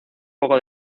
poco